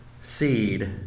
seed